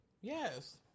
Yes